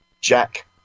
Jack